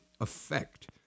Effect